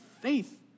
faith